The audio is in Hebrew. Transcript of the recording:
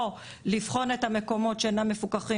או לבחון את המקומות שאינם מפוקחים